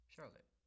Charlotte